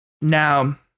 Now